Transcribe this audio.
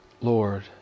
Lord